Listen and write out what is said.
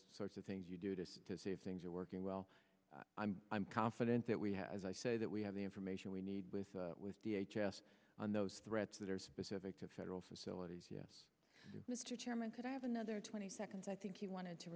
sorts of things you do this to see if things are working well i'm i'm confident that we have as i say that we have the information we need with with the h s on those threats that are specific to federal facilities yes mr chairman could i have another twenty seconds i think you wanted to